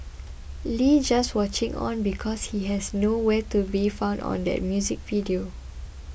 Lee just watching on because he has no where to be found on that music video